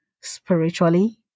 spiritually